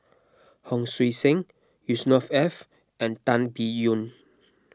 Hon Sui Sen Yusnor Ef and Tan Biyun